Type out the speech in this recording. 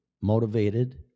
motivated